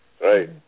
Right